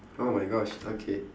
oh my gosh okay